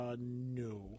no